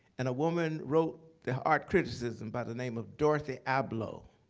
and a woman wrote the art criticism by the name of dorothy adlow,